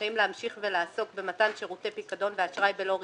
רשאים להמשיך ולעסוק במתן שירותי פיקדון ואשראי בלא ריבית,